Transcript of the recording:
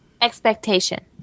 Expectation